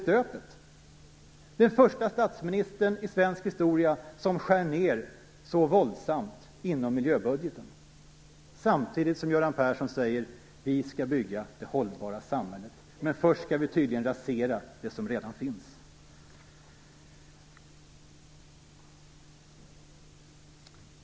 Han blir den förste statsministern i svensk historia som skär ned så våldsamt i miljöbudgeten. Samtidigt säger Göran Persson: Vi skall bygga det hållbara samhället. Men först skall vi tydligen rasera det som redan finns.